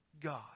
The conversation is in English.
God